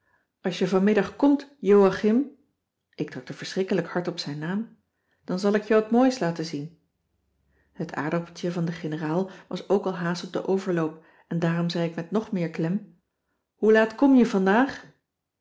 als je vanmiddag komt joàchim ik drukte verschrikkelijk hard op zijn naam dan zal ik je wat moois laten zien het aardappeltje van de generaal was ook al haast op den overloop en daarom zei ik met nog meer klem hoe laat kom je vandaag